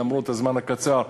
למרות הזמן הקצר,